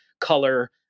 color